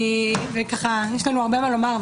יש לנו הרבה מה לומר,